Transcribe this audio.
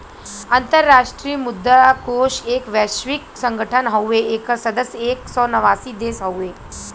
अंतराष्ट्रीय मुद्रा कोष एक वैश्विक संगठन हउवे एकर सदस्य एक सौ नवासी देश हउवे